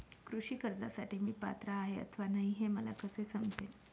कृषी कर्जासाठी मी पात्र आहे अथवा नाही, हे मला कसे समजेल?